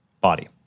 Body